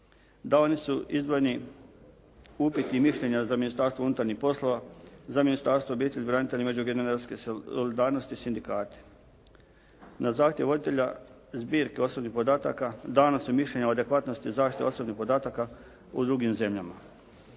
Dalje su izdvojeni upiti i mišljenja za Ministarstvo unutarnjih poslova, za Ministarstvo obitelji, branitelja i međugeneracijske solidarnosti, sindikati. Na zahtjev voditelja zbirke osobnih podataka dana su mišljenja o adekvatnosti zaštite osobnih podataka u drugim zemljama.